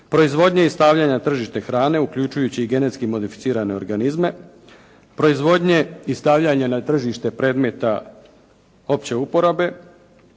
proizvodnje i stavljanja na tržište hrane uključujući i genetski modificirane organizme, proizvodnje i stavljanja na tržište predmeta opće uporabe,